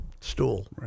stool